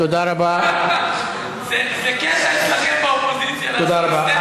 זה קטע אצלכם באופוזיציה תודה רבה.